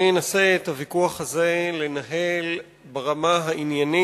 אני אנסה לנהל את הוויכוח הזה ברמה העניינית